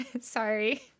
sorry